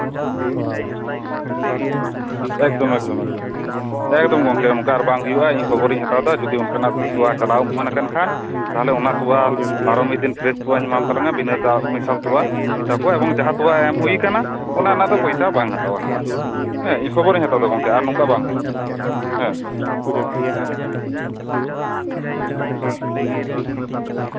ᱮᱠᱫᱚᱢ ᱮᱠᱫᱚᱢ ᱮᱠᱫᱚᱢ ᱮᱠᱫᱚᱢ ᱜᱚᱝᱠᱮ ᱚᱱᱠᱟ ᱟᱨ ᱵᱟᱝ ᱦᱩᱭᱩᱜᱼᱟ ᱤᱧ ᱠᱷᱚᱵᱚᱨᱤᱧ ᱦᱟᱛᱟᱣᱮᱫᱟ ᱡᱩᱫᱤ ᱚᱱᱠᱟᱱᱟᱜ ᱛᱚᱣᱟ ᱪᱟᱞᱟᱣ ᱮᱢᱟᱱᱟᱠᱟᱱ ᱠᱷᱟᱱ ᱛᱟᱞᱦᱮ ᱚᱱᱟ ᱛᱚᱣᱟ ᱟᱨᱦᱚᱸ ᱢᱤᱫ ᱫᱤᱱ ᱯᱷᱨᱚᱥ ᱛᱚᱣᱟᱧ ᱮᱢᱟᱢ ᱛᱟᱞᱟᱝᱟ ᱵᱤᱱᱟ ᱫᱟᱜ ᱢᱮᱥᱟᱞ ᱛᱚᱣᱟ ᱤᱧᱤᱧ ᱢᱮᱛᱟ ᱠᱚᱣᱟ ᱮᱵᱚᱝ ᱡᱟᱦᱟᱸ ᱛᱚᱣᱟ ᱮᱢ ᱦᱩᱭᱟᱠᱟᱱᱟ ᱚᱱᱟ ᱨᱮᱱᱟᱜ ᱫᱚ ᱯᱚ ᱥᱟ ᱵᱟᱝ ᱦᱟᱛᱟᱣᱟ ᱦᱟᱸᱜ ᱦᱮᱸ ᱤᱧ ᱠᱷᱚᱵᱚᱨᱤᱧ ᱦᱟᱛᱟᱣᱫᱟ ᱜᱚᱝᱠᱮ ᱟᱨ ᱱᱚᱝᱠᱟ ᱵᱟᱝ ᱦᱩᱭᱩᱜᱼᱟ ᱦᱮᱸ ᱡᱚᱦᱟᱨ ᱡᱚᱦᱟᱨ ᱦᱮᱸ ᱦᱮᱸ